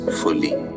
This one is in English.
fully